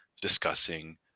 discussing